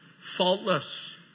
Faultless